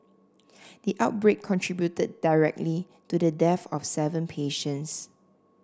the outbreak contributed directly to the death of seven patients